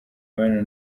mibanire